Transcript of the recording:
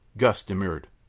gust demurred.